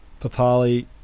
Papali